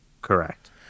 Correct